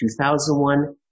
2001